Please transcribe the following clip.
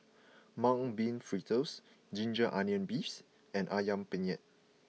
Mung Bean Fritters Ginger Onions Beefs and Ayam Penyet